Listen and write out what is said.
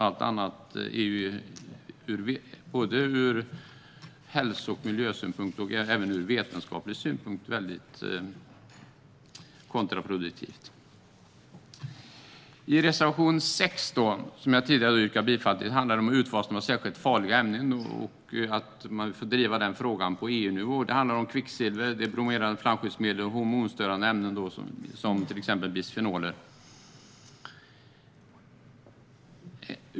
Allt annat är, ur hälso och miljösynpunkt och ur vetenskaplig synpunkt, mycket kontraproduktivt. Reservation 6, som jag har yrkat bifall till, handlar om utfasning av särskilt farliga ämnen och att man ska driva den frågan på EU-nivå. Det handlar om kvicksilver, bromerade flamskyddsmedel och hormonstörande ämnen, till exempel bisfenoler.